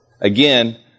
Again